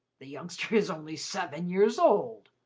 the youngster is only seven years old!